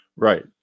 Right